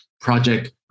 project